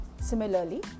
Similarly